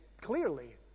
clearly